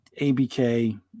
ABK